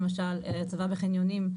למשל: הצבה בחניונים,